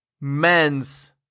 men's